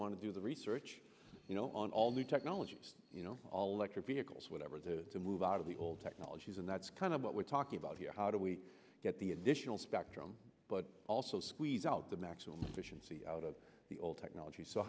want to do the research you know on all the technology all electric vehicles whatever the move out of the old technologies and that's kind of what we're talking about here how do we get the additional spectrum but also squeeze out the maximum efficiency out of the old technology so